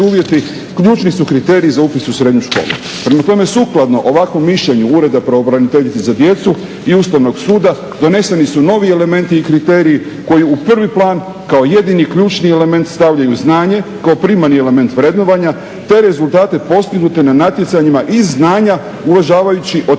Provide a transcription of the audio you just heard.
preduvjeti ključni su kriteriji za upis u srednju školu. Prema tome, sukladno ovakvom mišljenju Ureda pravobraniteljice za djecu i Ustavnog suda doneseni su novi elementi i kriteriji koji u prvi plan kao jedini ključni element stavljaju znanje, kao primarni element vrednovanja, te rezultate postignute na natjecanjima iz znanja uvažavajući otežavajuće